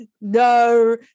no